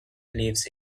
lives